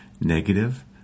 Negative